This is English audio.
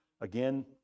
Again